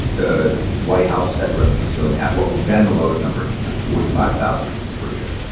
the white house said the refugee ceiling at what was then the lowest number in history, forty five thousand people per year.